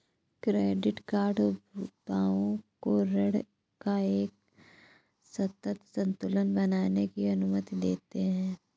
credit card उपभोक्ताओं को ऋण का एक सतत संतुलन बनाने की अनुमति देते हैं